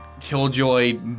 killjoy